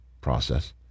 process